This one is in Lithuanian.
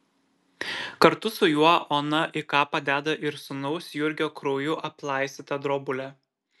kartu su juo ona į kapą deda ir sūnaus jurgio krauju aplaistytą drobulę